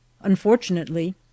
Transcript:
Unfortunately